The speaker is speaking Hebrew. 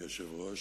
אדוני היושב-ראש,